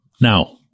Now